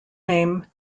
name